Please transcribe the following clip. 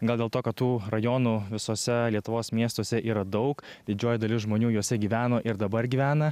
gal dėl to kad tų rajonų visuose lietuvos miestuose yra daug didžioji dalis žmonių juose gyveno ir dabar gyvena